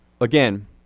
again